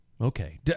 okay